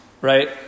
Right